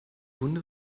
wunde